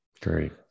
Great